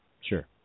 Sure